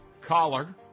collar